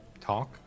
talk